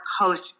Coast